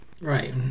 right